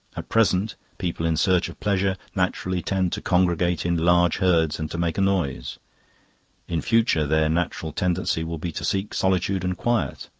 at present people in search of pleasure naturally tend to congregate in large herds and to make a noise in future their natural tendency will be to seek solitude and quiet.